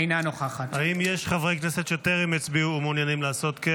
אינה נוכחת האם יש חברי כנסת שטרם הצביעו ומעוניינים לעשות כן?